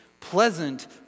Pleasant